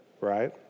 right